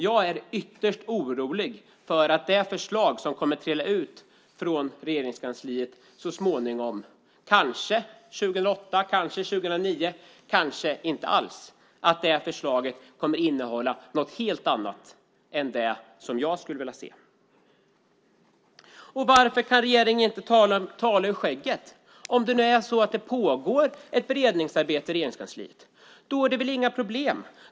Jag är ytterst orolig för att det förslag som så småningom - kanske 2008, kanske 2009, kanske inte alls - trillar ut från Regeringskansliet innehåller något helt annat än det som jag skulle vilja se. Varför kan inte regeringen tala ur skägget? Om det pågår ett beredningsarbete i Regeringskansliet är det väl inga problem.